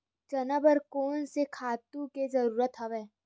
चना बर कोन से खातु के जरूरत हवय?